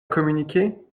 communiquer